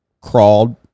crawled